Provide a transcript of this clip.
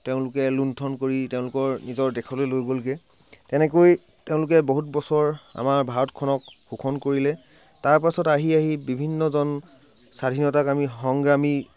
তেওঁলোকে লুণ্ঠন কৰি তেওঁলোকৰ নিজৰ দেশলৈ লৈ গ'লগৈ তেনেকৈ তেওঁলোকে বহুত বছৰ আমাৰ ভাৰতখনক শোষণ কৰিলে তাৰপিছত আহি বিভিন্নজন স্বাধীনতাকামী সংগ্ৰামী